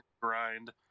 grind